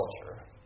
culture